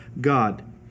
God